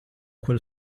quel